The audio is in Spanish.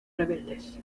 rebeldes